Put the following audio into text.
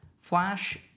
Flash